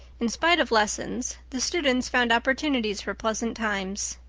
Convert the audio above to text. in spite of lessons the students found opportunities for pleasant times.